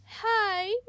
hi